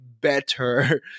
better